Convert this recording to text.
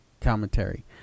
commentary